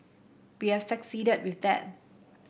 we have succeeded with that